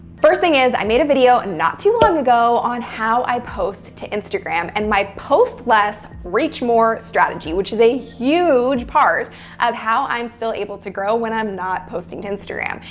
first thing is, i made a video, not too long ago, on how i post to instagram, and my post less, reach more strategy, which is a huge part of how i'm still able to grow when i'm not posting to instagram.